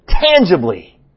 tangibly